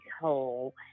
hole